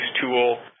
tool